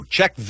Check